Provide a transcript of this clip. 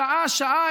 שעה-שעה,